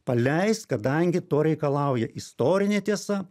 paleist kadangi to reikalauja istorinė tiesa